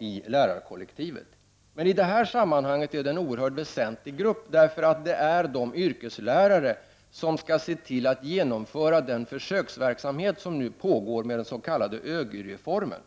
i lärarkollektivet. I det här sammanhanget är de en oerhört väsentlig grupp. De är de yrkeslärare som skall se till att genomföra den försöksverksamhet som nu pågår med den s.k. ÖGY-reformen.